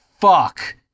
fuck